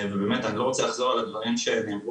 ובאמת, אני לא רוצה לחזור על הדברים שנאמרו,